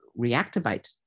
reactivate